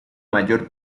mayor